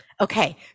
Okay